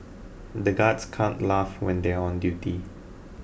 the guards can't laugh when they are on duty